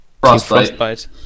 Frostbite